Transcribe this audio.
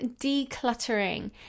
decluttering